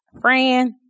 Friend